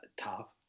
top